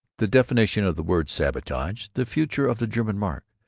the definition of the word sabotage, the future of the german mark,